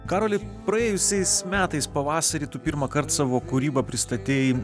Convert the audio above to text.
karoli praėjusiais metais pavasarį tu pirmąkart savo kūrybą pristatei